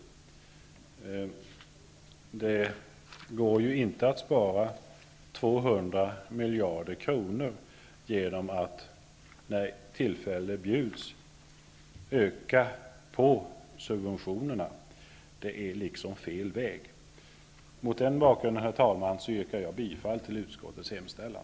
Det går inte att spara 200 miljarder kronor genom att när tillfälle bjuds öka på subventionerna. Det är liksom fel väg. Herr talman! Mot denna bakgrund yrkar jag bifall till utskottets hemställan.